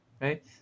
right